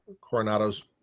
Coronado's